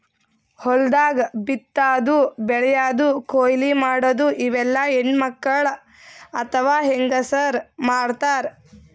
ಹೊಲ್ದಾಗ ಬಿತ್ತಾದು ಬೆಳ್ಯಾದು ಕೊಯ್ಲಿ ಮಾಡದು ಇವೆಲ್ಲ ಹೆಣ್ಣ್ಮಕ್ಕಳ್ ಅಥವಾ ಹೆಂಗಸರ್ ಮಾಡ್ತಾರ್